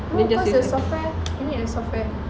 cause of software you need a software